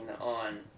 on